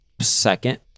second